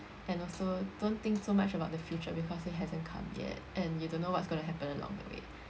and also don't think so much about the future because it hasn't come yet and you don't know what's gonna happen along the way